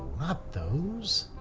not those.